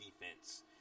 defense